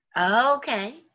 Okay